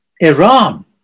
Iran